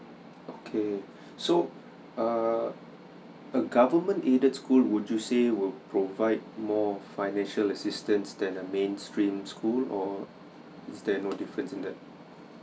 okay so err a government aided school would you say will provide more financial assistance than a main stream school or is there no difference in that